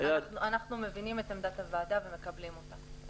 אנחנו מבינים את עמדת הוועדה ומקבלים אותה.